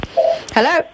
Hello